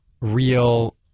real